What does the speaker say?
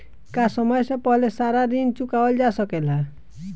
का समय से पहले सारा ऋण चुकावल जा सकेला?